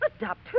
Adopt